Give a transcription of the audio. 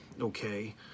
okay